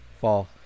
Fall